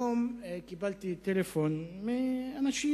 היום קיבלתי טלפון מאנשים